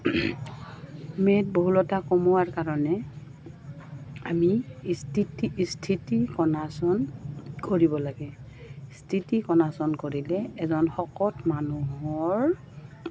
মেদ বহুলতা কমোৱাৰ কাৰণে আমি স্থিতি স্থিতি কণাসন কৰিব লাগে স্থিতি কণাসন কৰিলে এজন শকত মানুহৰ